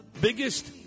biggest